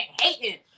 hating